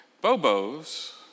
Bobo's